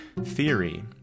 Theory